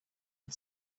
had